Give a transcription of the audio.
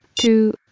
Two